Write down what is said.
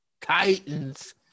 Titans